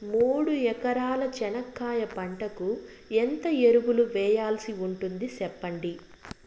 మూడు ఎకరాల చెనక్కాయ పంటకు ఎంత ఎరువులు వేయాల్సి ఉంటుంది సెప్పండి?